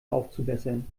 aufzubessern